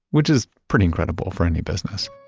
which is pretty incredible for any business.